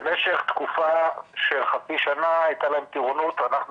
במשך תקופה של חצי שנה הייתה להם טירונות ואנחנו